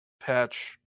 patch